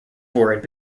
worried